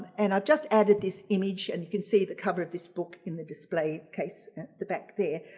and i've just added this image and you can see the cover of this book in the display case the back there.